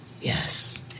Yes